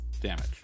Damage